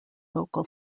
vocal